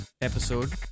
episode